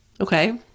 okay